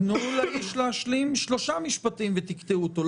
תנו לאיש להשלים שלושה משפטים ותקטעו אותו,